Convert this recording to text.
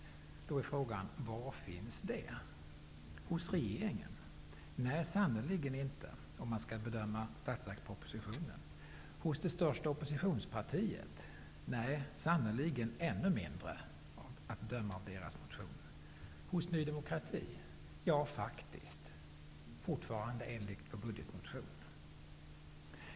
Då är frågan: Var finns det? Hos regeringen? Nej, sannerligen inte, om man skall bedöma budget propositionen. Hos det största oppositionspar tiet? Nej, sannerligen ännu mindre, att döma av dess motioner. Hos Ny demokrati? Ja, faktiskt, enligt vår budgetmotion.